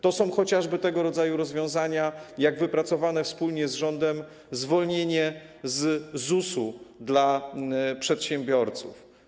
To są chociażby tego rodzaju rozwiązania jak wypracowane wspólnie z rządem zwolnienie z ZUS-u dla przedsiębiorców.